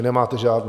Nemáte žádné.